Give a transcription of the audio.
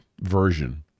version